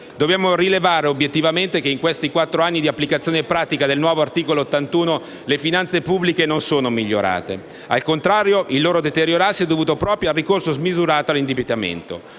Dobbiamo rilevare, obiettivamente, che nei quattro anni di applicazione pratica del nuovo articolo 81 della Costituzione le finanze pubbliche non sono migliorate. Al contrario, il loro deteriorarsi è dovuto proprio al ricorso smisurato all'indebitamento.